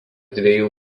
dviejų